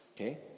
Okay